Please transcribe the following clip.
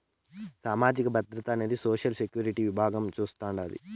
సామాజిక భద్రత అనేది సోషల్ సెక్యూరిటీ విభాగం చూస్తాండాది